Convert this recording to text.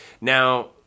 Now